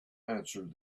answered